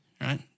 right